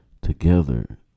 together